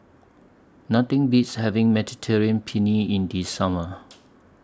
Nothing Beats having Mediterranean Penne in The Summer